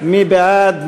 מי בעד?